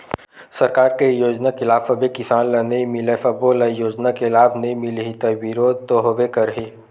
सरकार के योजना के लाभ सब्बे किसान ल नइ मिलय, सब्बो ल योजना के लाभ नइ मिलही त बिरोध तो होबे करही